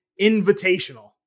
invitational